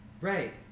Right